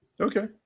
Okay